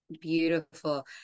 Beautiful